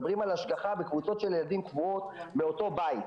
מדברים על השגחה בקבוצות קבועות של ילדים מאותו בית,